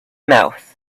mouth